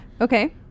Okay